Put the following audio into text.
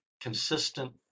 consistent